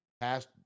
past